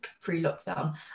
pre-lockdown